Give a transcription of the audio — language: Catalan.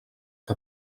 que